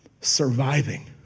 surviving